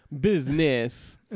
Business